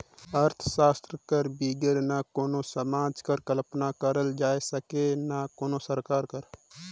अर्थसास्त्र कर बिगर ना कोनो समाज कर कल्पना करल जाए सके ना कोनो सरकार कर